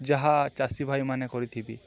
ଯାହା ଚାଷୀ ଭାଇମାନେେ କରିଥିବେ